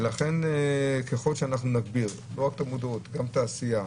ולכן ככל שאנחנו נגביר לא רק את המודעות אלא גם את העשייה,